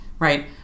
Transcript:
right